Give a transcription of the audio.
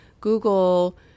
Google